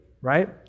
right